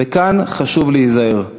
וכאן חשוב להיזהר.